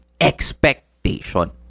Expectation